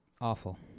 Awful